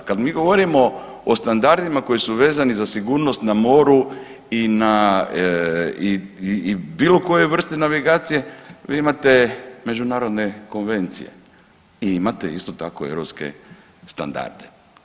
Kad mi govorimo o standardima koji su vezani za sigurnost na moru i na i bilo kojoj vrsti navigacije vi imate međunarodne konvencije i imate isto tako europske standarde.